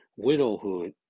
widowhood